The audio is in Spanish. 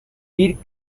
kirk